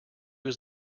was